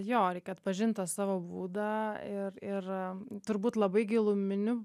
jo reikia atpažinti tą savo būdą ir ir turbūt labai giluminiu